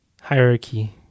hierarchy